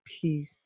peace